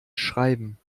schreiben